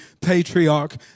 patriarch